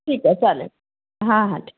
ठीक आहे चालेल हां हां